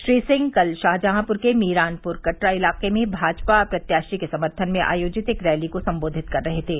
श्री सिंह कल शाहजहांप्र के मीरानप्र कटरा इलाके में भाजपा प्रत्याशी के समर्थन में आयोजित एक रैली को सम्बोधित कर रहे थे